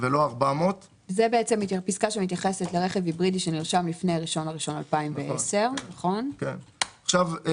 זו פסקה שמתייחסת לרכב היברידי שנרשם לפני 1.1.2010. צריך